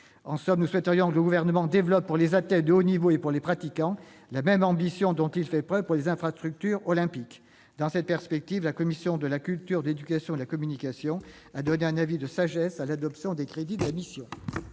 En somme, nous souhaiterions que le Gouvernement développe, pour les athlètes de haut niveau et pour les pratiquants, la même ambition que celle dont il fait preuve pour les infrastructures olympiques. Dans cette perspective, la commission de la culture, de l'éducation et de la communication a émis un avis de sagesse sur les crédits de la mission.